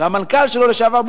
והמנכ"ל שלו לשעבר,